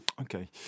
Okay